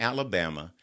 Alabama